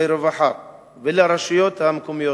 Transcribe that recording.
לרווחה ולרשויות המקומיות,